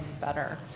better